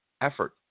effort